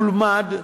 ולמד,